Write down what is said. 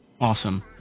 Awesome